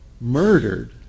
murdered